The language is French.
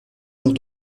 heure